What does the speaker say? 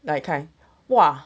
like kind !wah!